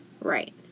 Right